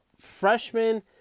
freshman